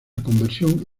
conversión